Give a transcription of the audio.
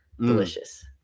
Delicious